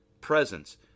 presence